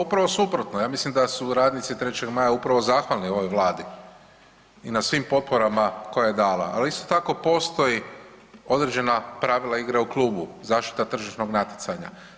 Pa upravo suprotno, ja mislim da su radnici 3. Maja upravo zahvalni ovoj vladi i na svim potporama koje je dala, ali isto tako postoje određena pravila igre u klubu, zaštita tržišnog natjecanja.